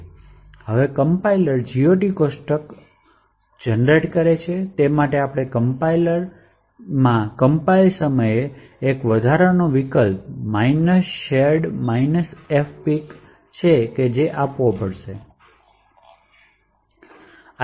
હવે compiler GOT કોષ્ટક ઉત્પન્ન કરે છે તે માટે આપણે કમ્પાઇલ સમયે અતિરિક્ત વિકલ્પ સ્પષ્ટ કરવાની જરૂર છે જે shared fpic